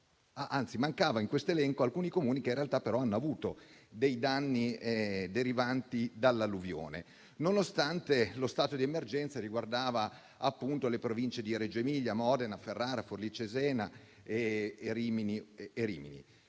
realtà mancavano alcuni Comuni che però hanno avuto dei danni derivanti dall'alluvione, nonostante lo stato di emergenza riguardasse appunto le Province di Reggio Emilia, Modena, Ferrara, Forlì-Cesena e Rimini.